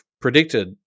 predicted